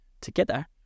together